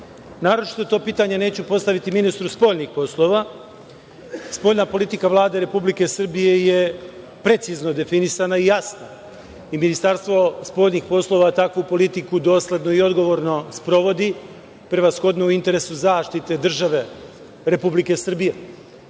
naročito to pitanje neću postaviti ministru spoljnih poslova. Spoljna politika Vlade Republike Srbije je precizno definisana i jasna i Ministarstvo spoljnih poslova takvu politiku dosledno i odgovorno sprovodi, prevashodno u interesu zaštite države Republike Srbije.